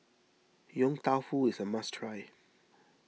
Yong Tau Foo is a must try